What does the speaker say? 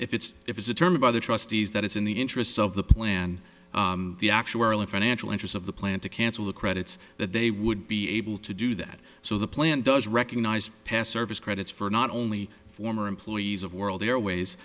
if it's if it's determined by the trustees that it's in the interests of the plan the actuarily financial interests of the plan to cancel the credits that they would be able to do that so the plan does recognize past service credits for not only former employees of world airways